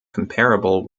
comparable